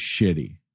shitty